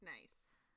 Nice